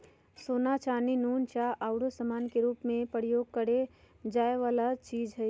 सोना, चानी, नुन, चाह आउरो समान के रूप में प्रयोग करए जाए वला चीज हइ